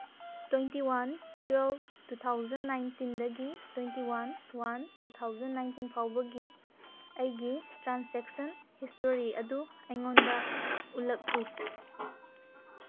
twenty one twelve two thousand ꯅꯥꯏꯟꯇꯤꯟꯗꯒꯤ twenty one one two thousand nineteen ꯐꯥꯎꯕꯒꯤ ꯑꯩꯒꯤ transaction history ꯑꯗꯨ ꯑꯩꯉꯣꯟꯗ ꯎꯠꯂꯛꯎ